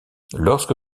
lorsque